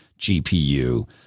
GPU